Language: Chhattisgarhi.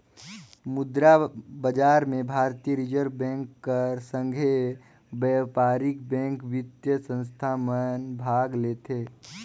मुद्रा बजार में भारतीय रिजर्व बेंक कर संघे बयपारिक बेंक, बित्तीय संस्था मन भाग लेथें